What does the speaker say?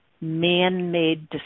man-made